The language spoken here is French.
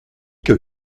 que